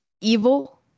evil